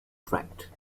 tract